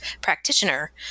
practitioner